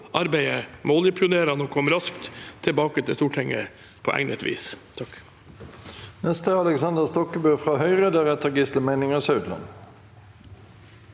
arbeidet med oljepionerene og komme raskt tilbake til Stortinget på egnet vis.